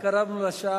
השר